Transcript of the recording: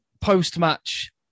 post-match